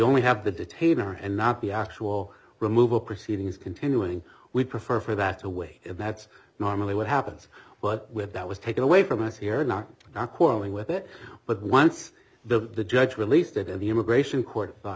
only have the detain her and not the actual removal proceedings continuing we prefer for that away that's normally what happens but with that was taken away from us here not quarrelling with it but once the judge released it and the immigration court